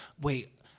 wait